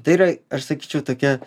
tai yra aš sakyčiau tokia